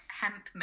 hemp